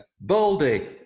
Baldy